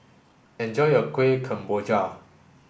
enjoy your Kueh Kemboja